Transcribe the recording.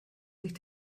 sich